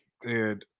Dude